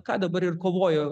ką dabar ir kovoja